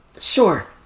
Sure